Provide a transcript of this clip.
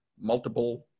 multiple